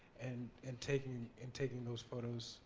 and and taking and taking those photos,